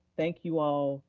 thank you, all,